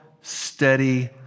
steady